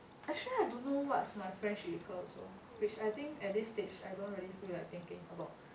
actually I don't know what's my friendship with her also which I think at this stage I don't really feel like thinking about